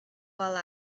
while